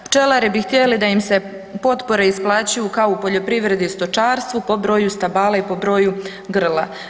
Pčelari bi htjeli da im se potpore isplaćuju kao u poljoprivredi i stočarstvu po broju stabala i po broju grla.